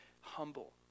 humble